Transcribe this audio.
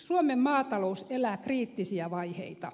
suomen maatalous elää kriittisiä vaiheita